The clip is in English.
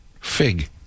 fig